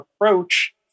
approach